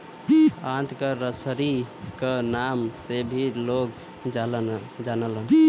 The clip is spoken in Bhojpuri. आंत क रसरी क नाम से भी लोग जानलन